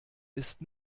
ist